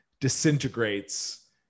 disintegrates